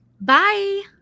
Bye